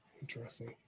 Interesting